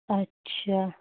अच्छा